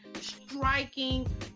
striking